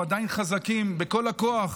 אנחנו עדיין חזקים, בכל הכוח